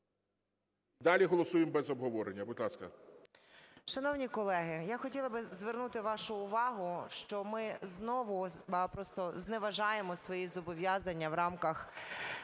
Далі голосуємо без обговорення. Будь ласка.